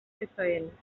fefaent